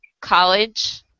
College